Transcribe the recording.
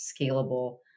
scalable